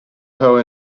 her